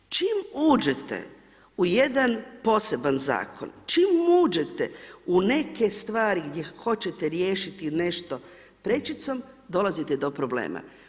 Čim uđete u jedan poseban zakon, čim uđete u neke stvari gdje hoćete riješiti nešto prečicom dolazite do problema.